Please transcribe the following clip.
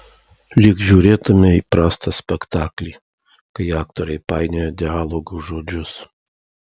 lyg žiūrėtumei prastą spektaklį kai aktoriai painioja dialogo žodžius